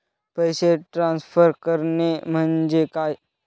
पैसे ट्रान्सफर करणे म्हणजे काय?